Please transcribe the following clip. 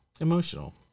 emotional